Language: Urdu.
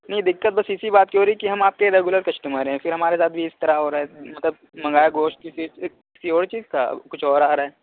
نہیں دقت بس اسی بات کی ہو رہی کہ ہم آپ کے ریگولر کسٹمر ہیں پھر ہمارے ساتھ بھی اس طرح ہو رہا ہے مطلب منگایا گوشت کسی کسی اور چیز تھا کچھ اور آ رہا ہے